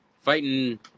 fighting